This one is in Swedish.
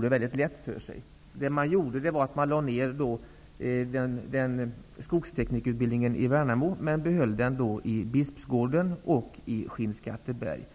det väldigt lätt för sig. Man lade ned skogsteknikerutbildningen i Värnamo, men behöll utbildningen i Bispgården och i Skinnskatteberg.